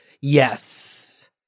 Yes